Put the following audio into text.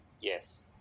Yes